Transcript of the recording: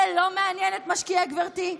זה לא מעניין את משקיעי גברתי?